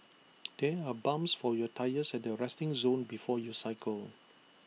there are pumps for your tyres at the resting zone before you cycle